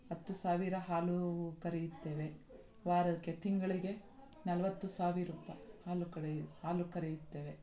ಹತ್ತು ಸಾವಿರ ಹಾಲು ಕರೆಯುತ್ತೇವೆ ವಾರಕ್ಕೆ ತಿಂಗಳಿಗೆ ನಲ್ವತ್ತು ಸಾವಿರ ರೂಪಾಯಿ ಹಾಲು ಕರೆಯು ಹಾಲು ಕರೆಯುತ್ತೇವೆ